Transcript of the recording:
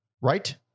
right